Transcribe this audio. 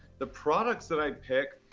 the products that i pick,